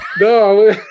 No